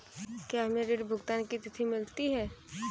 क्या हमें ऋण भुगतान की तिथि मिलती है?